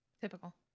Typical